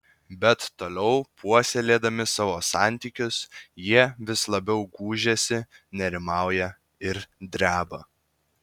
bet toliau puoselėdami savo santykius jie vis labiau gūžiasi nerimauja ir dreba